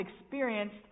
experienced